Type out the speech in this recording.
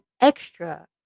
extra